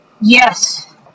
Yes